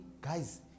guys